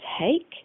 take